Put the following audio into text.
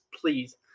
please